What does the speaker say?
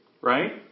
right